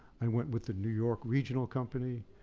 i went with the new york regional company.